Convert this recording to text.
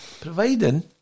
providing